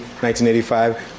1985